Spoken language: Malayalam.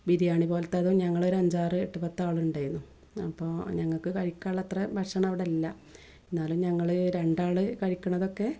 ബിരിയാണി പോലത്തേതും ഞങ്ങൾ ഒരു അഞ്ചാറ് എട്ടു പത്ത് ആൾ ഉണ്ടായിരുന്നു അപ്പോൾ ഞങ്ങൾക്ക് കഴിക്കാനുള്ള അത്ര ഭക്ഷണം അവിടെ ഇല്ല എന്നാലും ഞങ്ങൾ രണ്ടാൾ കഴിക്കണതൊക്കെ